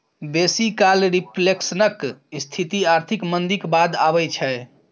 बेसी काल रिफ्लेशनक स्थिति आर्थिक मंदीक बाद अबै छै